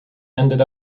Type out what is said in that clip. ended